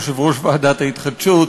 יושב-ראש ועדת ההתחדשות,